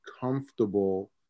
comfortable